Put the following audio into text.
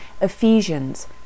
Ephesians